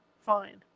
Fine